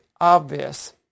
obvious